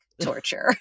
torture